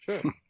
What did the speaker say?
Sure